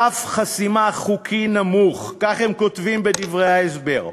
"סף חסימה חוקי נמוך" כך הם כותבים בדברי ההסבר,